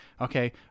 Okay